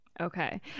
Okay